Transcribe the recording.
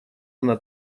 она